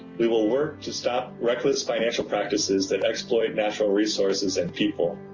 we will work to stop reckless financial practices that exploit natural resources and people.